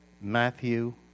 Matthew